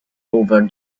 over